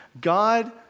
God